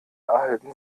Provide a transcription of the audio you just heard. erhalten